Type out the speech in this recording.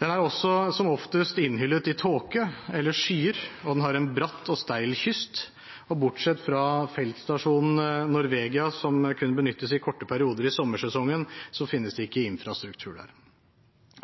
Den er også som oftest innhyllet i tåke eller skyer, og den har en bratt og steil kyst. Bortsett fra feltstasjonen Norvegia, som kun benyttes i korte perioder i sommersesongen, finnes det ikke infrastruktur der.